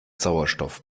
sauerstoff